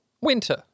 winter